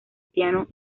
piano